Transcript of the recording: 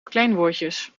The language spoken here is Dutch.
verkleinwoordjes